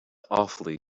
awfully